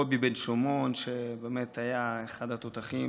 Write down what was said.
קובי בן שמעון, שהיה אחד התותחים